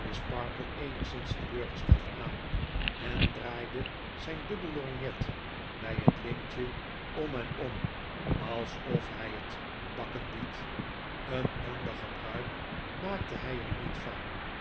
eenigszins teleurgesteld aan en draaide zyn duboel lorgnet by het lintje om en om alsof hij het bakken liet een ander gebruik maakte hy er niet van